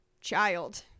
child